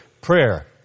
prayer